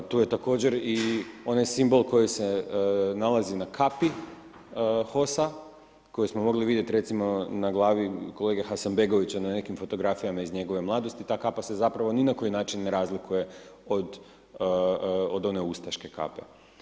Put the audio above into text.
Tu je također i onaj simbol koji se nalazi na kapi HOS-a koji smo mogli vidjeti, recimo, na glavi kolege Hasanbegovića na nekim fotografijama iz njegove mladosti, ta kapa se zapravo ni na koji način ne razlikuje od one ustaške kape.